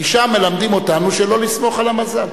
כי שם מלמדים אותנו שלא לסמוך על המזל.